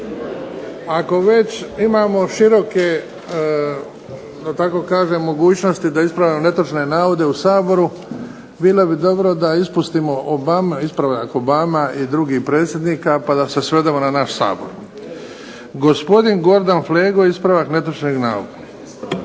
ako već imamo široke da tako kažem mogućnosti da ispravljamo netočne navode u Saboru, bilo bi dobro da ispustimo ispravak Obama i drugih predsjednika, pa da se svedemo na naš Sabor. Gospodin Gordan Flego, ispravak netočnog navoda.